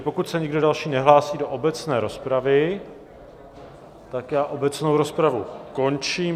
Pokud se nikdo další nehlásí do obecné rozpravy, obecnou rozpravu končím.